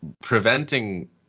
preventing